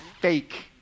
fake